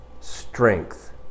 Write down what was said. strength